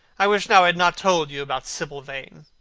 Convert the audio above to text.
i wish now i had not told you about sibyl vane.